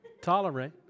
tolerate